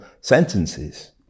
sentences